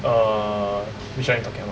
err which one you talking about